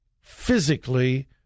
physically